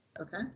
Okay